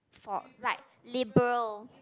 for like liberal